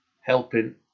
helping